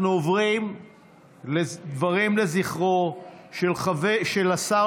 אנחנו עוברים לדברים לזכרו של השר